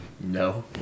No